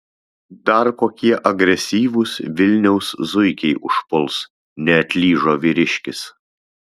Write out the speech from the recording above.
dar kokie agresyvūs vilniaus zuikiai užpuls neatlyžo vyriškis